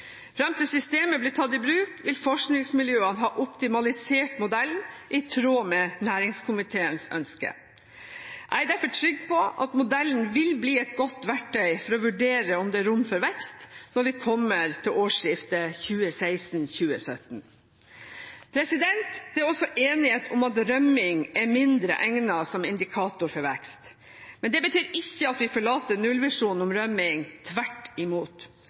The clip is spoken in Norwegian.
Fram til systemet blir tatt i bruk vil forskningsmiljøene ha optimalisert modellen, i tråd med næringskomiteens ønske. Jeg er derfor trygg på at modellen vil bli et godt verktøy for å vurdere om det er rom for vekst når vi kommer til årsskiftet 2016/2017. Det er også enighet om at rømning er mindre egnet som indikator for vekst. Men det betyr ikke at vi forlater nullvisjonen om rømning. Tvert imot: